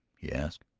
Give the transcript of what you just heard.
he asked.